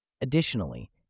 Additionally